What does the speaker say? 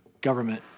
government